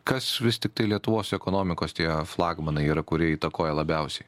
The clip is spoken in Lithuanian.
kas vis tiktai lietuvos ekonomikos tie flagmanai yra kurie įtakoja labiausiai